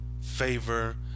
favor